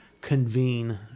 convene